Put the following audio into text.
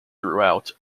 throughout